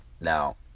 now